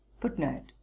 Footnote